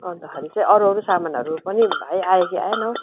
अन्तखेरि चाहिँ अरू अरू सामानहरू पनि भाइ आयो कि आएन हौ